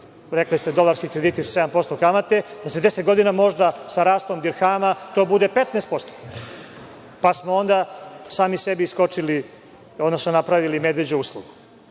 rekli ste dolarski krediti 7% kamate, da sa deset godina možda sa rastom dirhama to bude 15%, pa smo onda sami sebi skočili, odnosno napravili medveđu uslugu. Dakle,